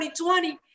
2020